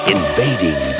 Invading